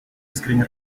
искренне